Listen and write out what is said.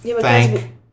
Thank